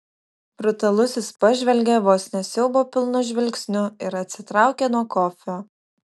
brutalusis pažvelgė vos ne siaubo pilnu žvilgsniu ir atsitraukė nuo kofio